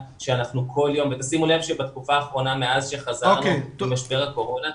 שימו לב שבתקופה האחרונה מאז חזרנו ממשבר הקורונה,